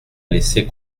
laissez